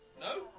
No